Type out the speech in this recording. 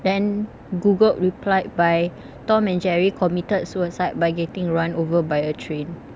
then google replied by tom and jerry committed suicide by getting run over by a train